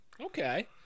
Okay